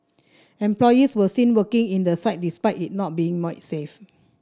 employees were seen working in the site despite it not being made safe